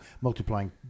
multiplying